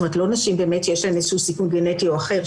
לא נשים שיש להן סיכון גנטי אחר,